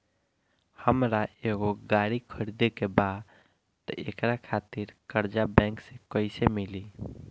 हमरा एगो गाड़ी खरीदे के बा त एकरा खातिर कर्जा बैंक से कईसे मिली?